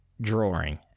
drawing